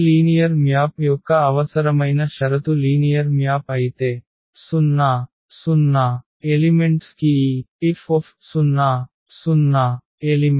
ఈ linear map యొక్క అవసరమైన షరతు లీనియర్ మ్యాప్ అయితే 00 ఎలిమెంట్స్ కి ఈ F00 ఎలిమెంట్